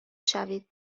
شوید